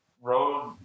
road